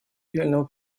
реальному